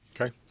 Okay